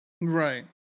Right